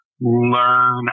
learn